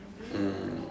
um